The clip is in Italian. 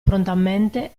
prontamente